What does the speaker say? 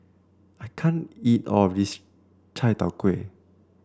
I can't eat all of this Chai Tow Kway